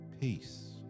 Peace